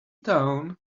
town